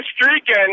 streaking